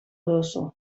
duzu